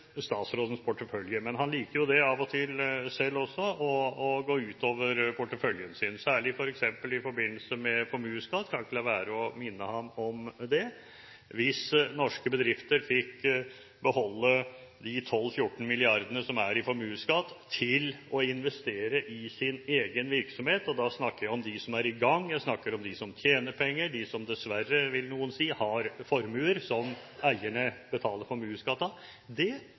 statsrådens portefølje. Han liker av og til selv også å gå utover porteføljen sin, særlig i forbindelse med formuesskatt – jeg kan ikke la være å minne ham om det. Hvis norske bedrifter fikk beholde de 12 mrd. kr–14 mrd. kr, som er formuesskatten, til å investere i sin egen virksomhet – og da snakker jeg om dem som er i gang, dem som tjener penger, og dem som, dessverre vil noen si, har formuer som eierne betaler